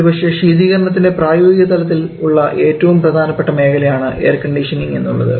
ഒരുപക്ഷേ ശീതീകരണത്തിൻറെ പ്രായോഗികതലത്തിൽ ഉള്ള ഏറ്റവും പ്രധാനപ്പെട്ട മേഖലയാണ് എയർ കണ്ടീഷനിങ് എന്നുള്ളത്